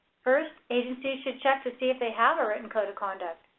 first, agencies should check to see if they have a written code of conduct.